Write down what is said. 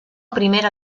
primera